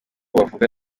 bavuga